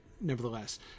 nevertheless